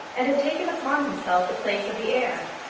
and had taken upon himself the place of the heir.